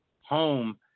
home